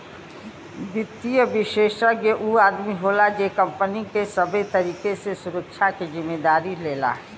वित्तीय विषेशज्ञ ऊ आदमी होला जे कंपनी के सबे तरीके से सुरक्षा के जिम्मेदारी लेला